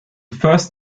first